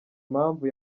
impamvu